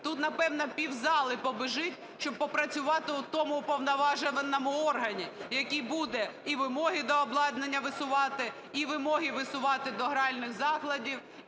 Тут напевне півзали побіжить, щоб попрацювати у тому уповноваженому органі, який буде і вимоги до обладнання висувати, і вимоги висувати до гральних закладів,